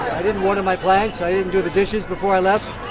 i didn't water my plants, i didn't do the dishes before i left.